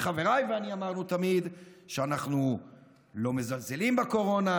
חבריי ואני אמרנו תמיד שאנחנו לא מזלזלים בקורונה,